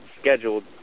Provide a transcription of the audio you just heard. scheduled